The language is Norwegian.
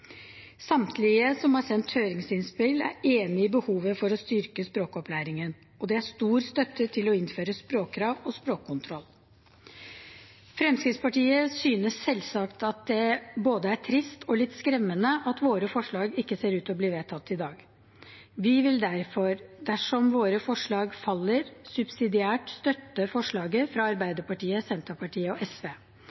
Samtlige som har sendt høringsinnspill, er enige i behovet for å styrke språkopplæringen, og det er stor støtte til å innføre språkkrav og språkkontroll. Fremskrittspartiet synes selvsagt at det både er trist og litt skremmende at våre forslag ikke ser ut til å bli vedtatt i dag. Vi vil derfor, dersom våre forslag faller, subsidiært støtte forslaget fra